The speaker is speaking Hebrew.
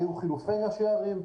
היו חילופי ראשי ערים,